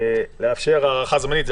לאפשר ההארכה זמנית,